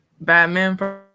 Batman